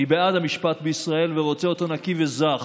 אני בעד המשפט בישראל ורוצה אותו נקי וזך.